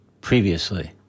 previously